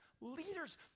leaders